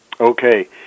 Okay